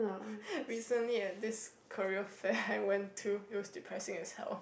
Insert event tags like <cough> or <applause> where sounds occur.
<breath> recently at this career fair I went to it was depressing as hell